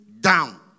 down